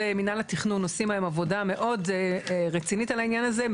במינהל התכנון עושים היום עבודה מאוד רצינית על העניין הזה.